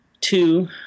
two